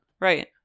right